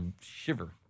shiver